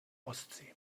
ostsee